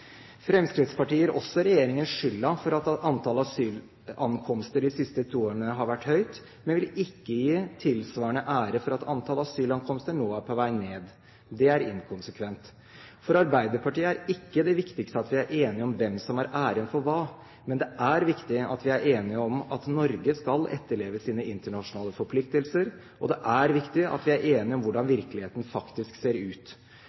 Fremskrittspartiet gir også regjeringen skylden for at antall asylankomster de siste to årene har vært høyt, men vil ikke gi tilsvarende ære for at antall asylankomster nå er på vei ned. Det er inkonsekvent. For Arbeiderpartiet er ikke det viktigste at vi er enige om hvem som har æren for hva, men det er viktig at vi er enige om at Norge skal etterleve sine internasjonale forpliktelser, og det er viktig at vi er enige om hvordan virkeligheten faktisk ser ut.